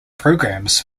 programs